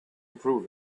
prove